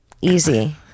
Easy